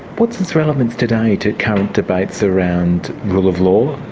what's its relevance today to current debates around rule of law,